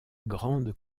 grande